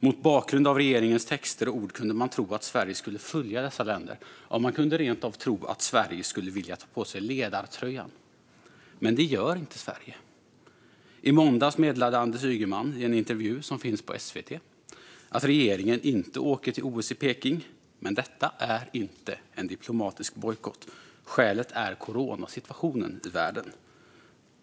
Mot bakgrund av regeringens texter och ord kunde man tro att Sverige skulle följa dessa länder - man kunde rent av tro att Sverige skulle vilja ta på sig ledartröjan. Men det gör inte Sverige. I måndags meddelade Anders Ygeman i en intervju som finns på SVT att regeringen inte åker till OS i Peking, men detta är inte en diplomatisk bojkott; skälet är coronasituationen i världen.